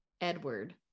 Edward